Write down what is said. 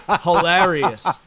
hilarious